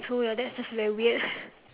true ya that's that's very weird